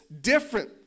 different